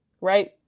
Right